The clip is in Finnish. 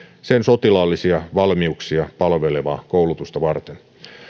sen sotilaallisia valmiuksia palvelevaa koulutusta varten